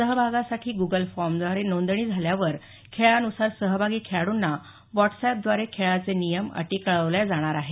सहभागासाठी Google form द्वारे नोंदणी झाल्यावर खेळानुसार सहभागी खेळाडूंना व्हाट्सअॅपद्वारे खेळाचे नियम अटी कळवल्या जाणार आहेत